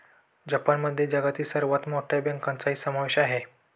जपानमध्ये जगातील सर्वात मोठ्या बँकांचाही समावेश आहे